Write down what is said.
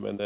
Men